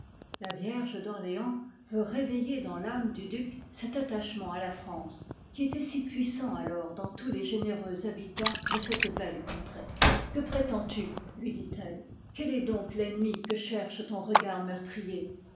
la vierge d'orléans veut réveiller dans t'âme du due cet attachement à la france qui était si puissant alors dans tous les généreux habitants de cette belle contrée que prétends-tu ui dit-elle quel est donc t'ennemi que cherche ton regard meurtrier